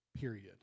Period